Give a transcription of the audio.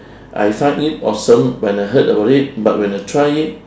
I find it awesome when I heard about it but when I try it